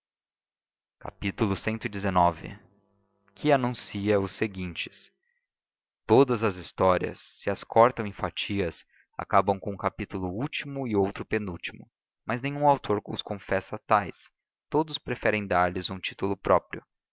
cousas futuras cxix que anuncia os seguintes todas as histórias se as cortam em fatias acabam com um capítulo último e outro penúltimo mas nenhum autor os confessa tais todos preferem dar-lhes um título próprio